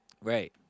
Right